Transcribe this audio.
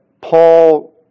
Paul